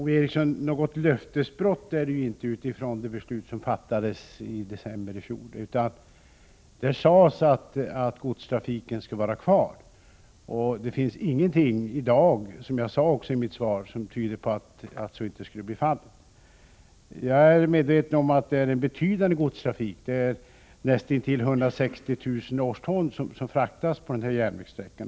Herr talman! Något löftesbrott är det inte utifrån det beslut som fattades i decemeber i fjol, Ove Eriksson. Då sades att godstrafiken skall vara kvar. Som jag framhöll i mitt svar, finns det i dag ingenting som tyder på att så inte skulle bli fallet. Jag är medveten om att det är en betydande godstrafik — nästan 160 000 årston fraktas på denna järnvägssträcka.